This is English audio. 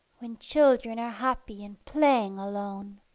when children are happy and playing alone.